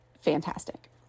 fantastic